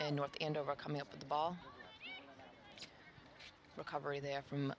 and north andover coming up with the ball recovery there from